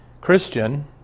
Christian